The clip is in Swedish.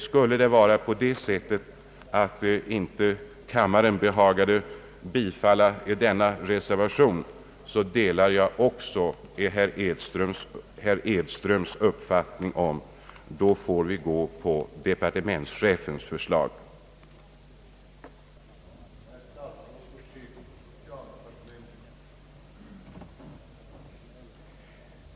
Skulle kammaren inte vilja bifalla den reservation det här gäller, delar jag herr Edströms uppfattning att vi i så fall bör gå på departementschefens förslag. Herr talman jag instämmer i tidigare framfört yrkande om bifall till reservation 1b.